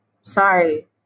Sorry